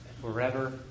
forever